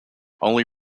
only